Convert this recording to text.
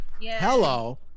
Hello